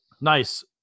Nice